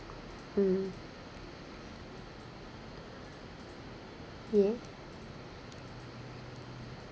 mm yeah